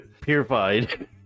purified